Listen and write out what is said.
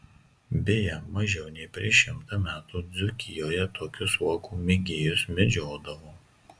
beje mažiau nei prieš šimtą metų dzūkijoje tokius uogų mėgėjus medžiodavo